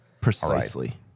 Precisely